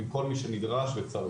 עם כל מי שנדרש וצריך,